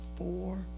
Four